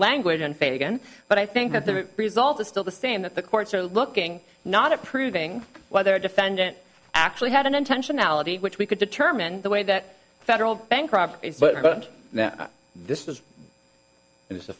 language in fagan but i think that the result is still the same that the courts are looking not approving whether a defendant actually had an intentionality which we could determine the way that federal bank robbery but now this is the